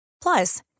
Plus